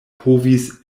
povis